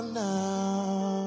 now